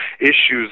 issues